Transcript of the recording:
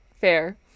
fair